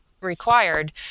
required